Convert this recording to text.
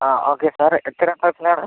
അ okay sir എത്രാം ക്ലാസ്സിലാണ്